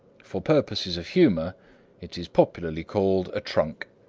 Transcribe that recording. for purposes of humor it is popularly called a trunk.